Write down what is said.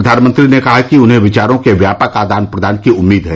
प्रधानमंत्री ने कहा कि उन्हें विचारों के व्यापक आदान प्रदान की उम्मीद है